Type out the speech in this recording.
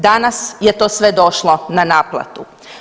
Danas je to sve došlo na naplatu.